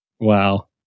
Wow